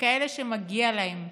לכאלה שמגיע להם.